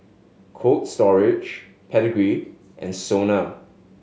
Cold Storage Pedigree and SONA